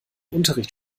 unterricht